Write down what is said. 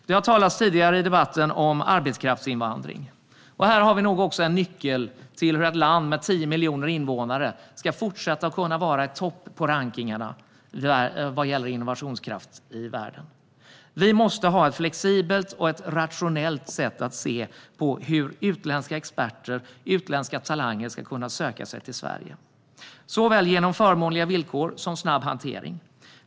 Tidigare i debatten har det talats om arbetskraftsinvandring. Här har vi en nyckel till hur ett land med 10 miljoner invånare ska kunna fortsätta att vara i topp i rankningarna vad gäller innovationskraft i världen. Vi måste ha ett flexibelt och rationellt sätt att se på hur utländska experter och talanger ska kunna söka sig till Sverige, såväl genom förmånliga villkor som snabb hantering.